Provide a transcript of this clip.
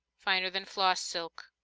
finer than floss silk.